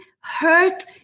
hurt